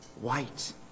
white